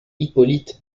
hippolyte